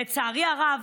לצערי הרב,